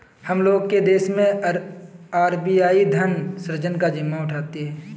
हम लोग के देश मैं आर.बी.आई धन सृजन का जिम्मा उठाती है